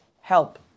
help